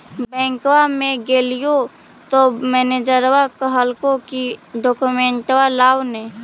बैंकवा मे गेलिओ तौ मैनेजरवा कहलको कि डोकमेनटवा लाव ने?